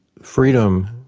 freedom,